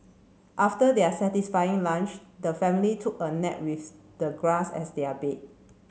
after their satisfying lunch the family took a nap with the grass as their bed